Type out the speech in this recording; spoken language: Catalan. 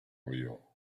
lió